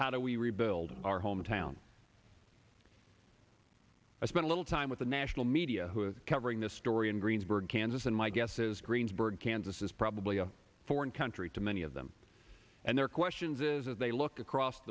how do we rebuild our hometown i spent a little time with the national media who is covering this story in greensburg kansas and my guess is greensburg kansas is probably a foreign country to many of them and their questions is as they look across